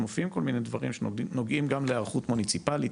מופיעים כל מיני דברים שנוגעים גם להיערכות מוניציפלית,